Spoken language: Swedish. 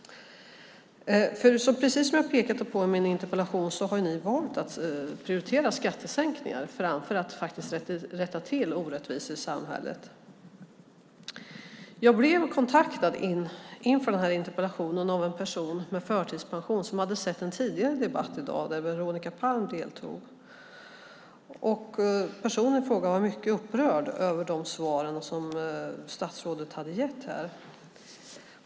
Precis som jag pekat på i min interpellation har ni valt att prioritera skattesänkningar framför att rätta till orättvisor i samhället. Jag blev inför den här interpellationsdebatten kontaktad av en person med förtidspension som hade sett en tidigare debatt i dag där Veronica Palm deltog. Personen i fråga var mycket upprörd över de svar som statsrådet hade gett här.